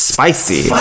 Spicy